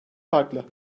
farklı